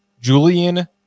Julian